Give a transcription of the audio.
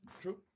True